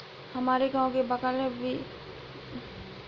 हमारे गांव के बगल में बिजेंदर ने फसल बर्बाद होने के कारण खुदकुशी कर ली